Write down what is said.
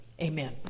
amen